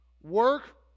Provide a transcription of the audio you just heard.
work